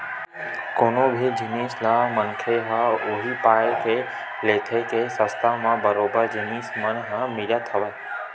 कोनो भी जिनिस ल मनखे ह उही पाय के लेथे के सस्ता म बरोबर जिनिस मन ह मिलत हवय